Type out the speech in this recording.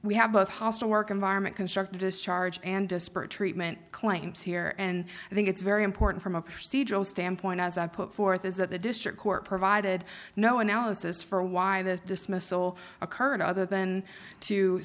we have both hostile work environment constructive discharge and disparate treatment claims here and i think it's very important from a procedural standpoint as i put forth is that the district court provided no analysis for why this dismissal occurred other than to